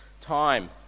time